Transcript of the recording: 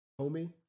homie